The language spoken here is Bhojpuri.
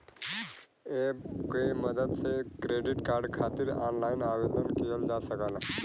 एप के मदद से क्रेडिट कार्ड खातिर ऑनलाइन आवेदन किहल जा सकला